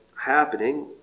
happening